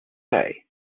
say